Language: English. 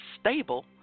stable